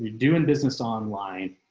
do in business online.